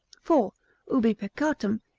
for ubi peccatum,